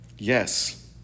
Yes